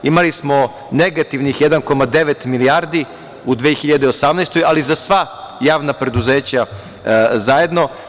Imali smo negativnih 1,9 milijardi u 2018. godini, ali za sva javna preduzeća zajedno.